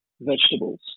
vegetables